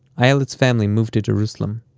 ayelet's family moved to jerusalem.